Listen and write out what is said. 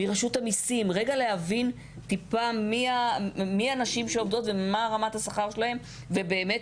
מרשות המיסים רגע להבין טיפה מי הנשים שעובדות מה רמת השכר שלהם ובאמת